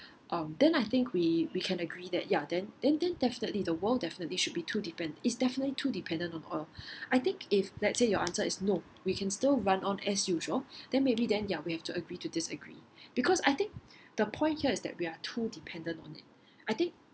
um then I think we we can agree that ya then then definitely the world definitely should be too depend it's definitely too dependent on oil I think if let's say your answer is no we can still run on as usual then maybe then ya we have to agree to disagree because I think the point here is that we are too dependent on it I think